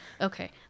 Okay